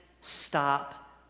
stop